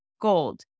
gold